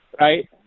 right